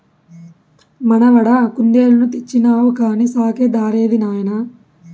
మనవడా కుందేలుని తెచ్చినావు కానీ సాకే దారేది నాయనా